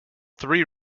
three